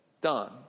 done